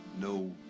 no